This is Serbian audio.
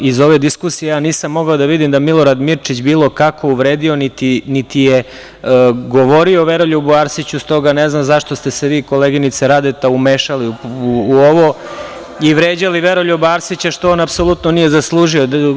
Iz ove diskusije, ja nisam mogao da vidim da je Milorad Mirčić uvredio bilo kako uvredio, niti je govorio Veroljubu Arsiću, stoga ne znam zašto ste se vi, koleginice Radeta umešali u ovo i vređali Veroljuba Arsića, što on apsolutno nije zaslužio.